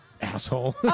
Asshole